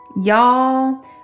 y'all